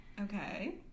Okay